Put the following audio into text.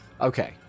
Okay